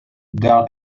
done